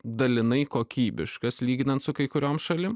dalinai kokybiškas lyginant su kai kuriom šalim